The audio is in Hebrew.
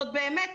זאת באמת,